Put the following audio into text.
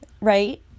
right